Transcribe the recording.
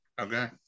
Okay